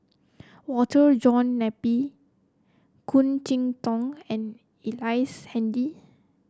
Walter John Napier Khoo Cheng Tiong and Ellice Handy